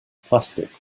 plastic